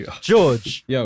George